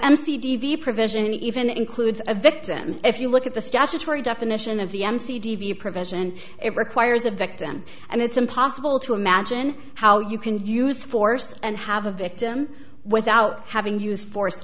mc d v provision even includes a victim if you look at the statutory definition of the mc d v provision it requires a victim and it's impossible to imagine how you can use force and have a victim without having used force